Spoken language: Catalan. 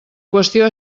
qüestió